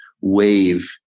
wave